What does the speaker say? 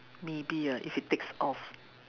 maybe ah if it takes off